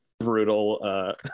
Brutal